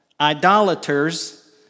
idolaters